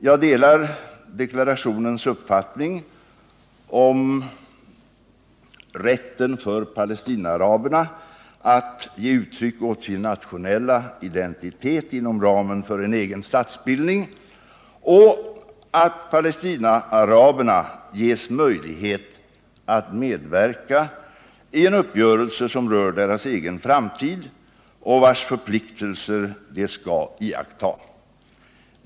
Jag delar den i deklarationen redovisade uppfattningen att Palestinaaraberna bör ha rätt att ge uttryck åt sin nationella identitet inom ramen för en egen statsbildning och att de bör ges möjlighet att medverka i en uppgörelse som rör deras egen framtid och som innehåller förpliktelser som de skall iaktta.